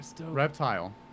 reptile